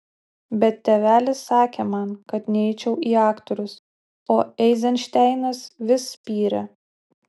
bet tėvelis sakė man kad neičiau į aktorius o eizenšteinas vis spyrė